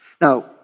Now